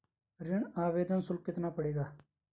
ऋण आवेदन शुल्क कितना पड़ेगा?